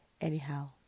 Anyhow